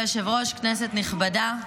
כנסת נכבדה,